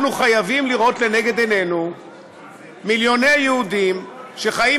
אנחנו חייבים לראות לנגד עינינו מיליוני יהודים שחיים